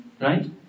right